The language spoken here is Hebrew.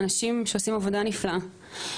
אנשים שעושים עבודה נפלאה.